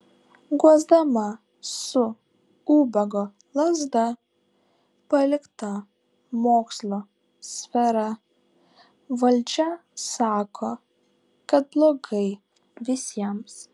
guosdama su ubago lazda paliktą mokslo sferą valdžia sako kad blogai visiems